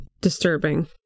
disturbing